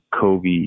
Kobe